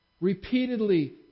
repeatedly